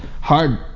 hard